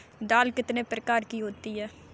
दाल कितने प्रकार की होती है?